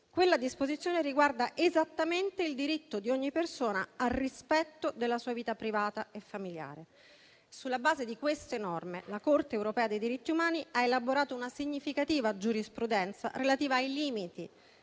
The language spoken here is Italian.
dell'uomo, che riguarda esattamente il diritto di ogni persona al rispetto della vita privata e familiare. Sulla base di queste norme, la Corte europea dei diritti umani ha elaborato una significativa giurisprudenza relativa ai limiti